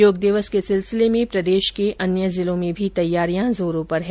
योग दिवस के सिलसिले में प्रदेश के अन्य जिलों में भी तैयारियां जोरों पर है